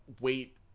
wait